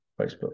Facebook